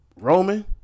Roman